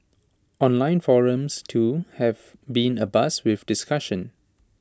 online forums too have been abuzz with discussion